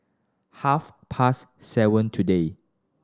half past seven today